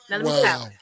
Wow